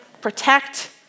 protect